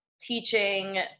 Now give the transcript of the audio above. teaching